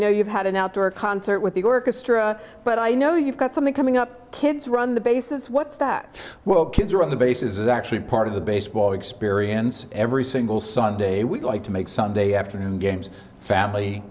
know you've had an outdoor concert with the orchestra but i know you've got something coming up kids run the bases what's that well kids are on the bases is actually part the baseball experience every single sunday we like to make sunday afternoon games family